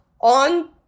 on